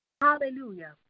Hallelujah